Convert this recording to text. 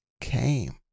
came